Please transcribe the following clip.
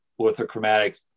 orthochromatic